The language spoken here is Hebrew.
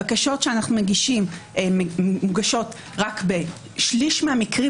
הבקשות שאנו מגישים מוגשות רק בשליש מהמקרים,